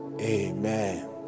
Amen